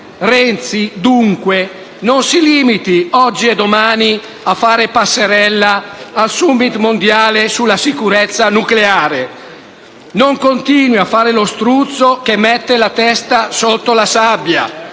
Renzi, dunque, non si limiti oggi e domani a fare passerella al *summit* mondiale sulla sicurezza nucleare; non continui a fare lo struzzo che mette la testa sotto la sabbia;